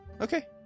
okay